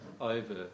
over